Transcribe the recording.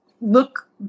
look